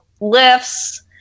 lifts